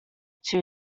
too